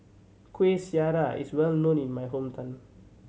Kuih Syara is well known in my hometown